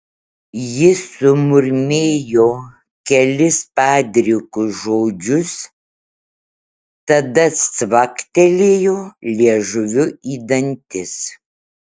jis sumurmėjo kelis padrikus žodžius tada cvaktelėjo liežuviu į dantis